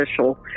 official